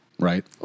Right